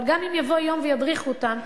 אבל גם אם יבוא יום וידריכו אותם,